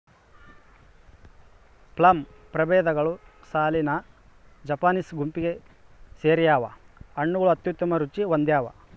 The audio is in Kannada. ಪ್ಲಮ್ ಪ್ರಭೇದಗಳು ಸಾಲಿಸಿನಾ ಜಪಾನೀಸ್ ಗುಂಪಿಗೆ ಸೇರ್ಯಾವ ಹಣ್ಣುಗಳು ಅತ್ಯುತ್ತಮ ರುಚಿ ಹೊಂದ್ಯಾವ